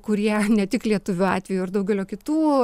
kurie ne tik lietuvių atveju ir daugelio kitų